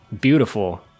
Beautiful